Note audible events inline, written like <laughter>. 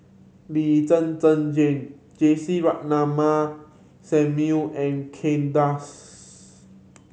Lee Zhen Zhen Jane <unintelligible> Ratnammah Samuel and Kay Das